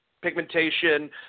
pigmentation